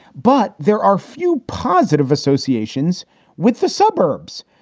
but there are few positive associations with the suburbs.